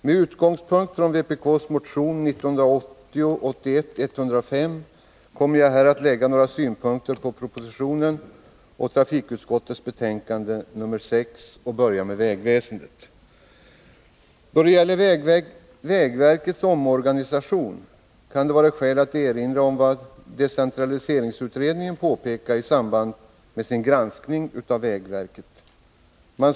Med utgångspunkt i vpk:s motion 1980/81:105 kommer jag här att framföra några synpunkter på propositionen och trafikutskottets betänkande nr 6, och jag börjar med vägväsendet. Då det gäller vägverkets omorganisation kan det vara skäl att erinra om vad decentraliseringsutredningen påpekade i samband med sin granskning av vägverket.